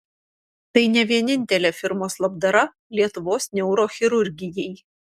tai ne vienintelė firmos labdara lietuvos neurochirurgijai